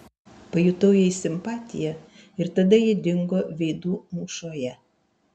pajutau jai simpatiją ir tada ji dingo veidų mūšoje